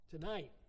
tonight